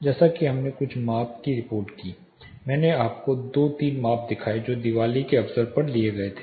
जैसा कि हमने कुछ माप की रिपोर्ट की मैंने आपको दो तीन माप दिखाए जो दिवाली के अवसर पर लिए गए थे